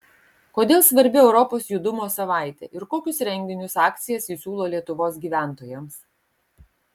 kodėl svarbi europos judumo savaitė ir kokius renginius akcijas ji siūlo lietuvos gyventojams